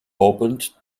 opened